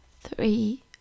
three